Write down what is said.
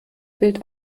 bild